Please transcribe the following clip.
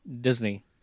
Disney